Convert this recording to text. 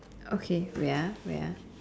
okay wait ah wait ah